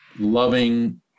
Loving